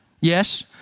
Yes